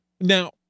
now